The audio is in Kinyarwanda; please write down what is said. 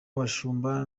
abashumba